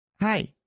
Hi